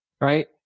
right